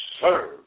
serve